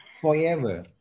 forever